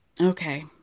Okay